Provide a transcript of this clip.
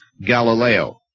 Galileo